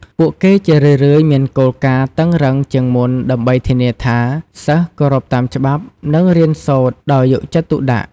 ពួកគេជារឿយៗមានគោលការណ៍តឹងរ៉ឹងជាងមុនដើម្បីធានាថា សិស្សគោរពតាមច្បាប់ និងរៀនសូត្រដោយយកចិត្តទុកដាក់។